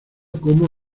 como